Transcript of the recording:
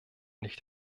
nicht